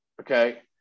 okay